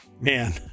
man